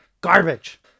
garbage